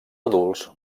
adults